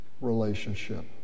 relationship